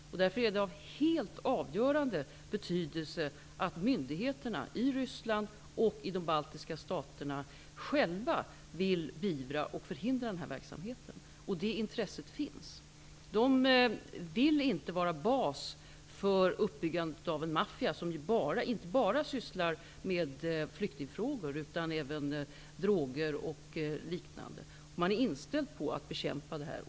Det är därför av helt avgörande betydelse att myndigheterna i Ryssland och i de baltiska staterna själva vill beivra och förhindra denna verksamhet. Intresset finns. Man vill inte att länderna skall fungera som bas för uppbyggande av en maffia, en maffia som inte bara sysslar med flyktingfrågor, utan även droger och liknande. Man är inställd på att bekämpa det här.